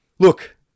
Look